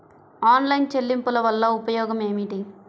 Online చెల్లింపుల వల్ల ఉపయోగమేమిటీ?